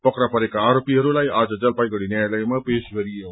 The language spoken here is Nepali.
पक्का परेका आरोपीहरूलाई आज जलपाइगढ़ी न्यायालयमा पेश गरियो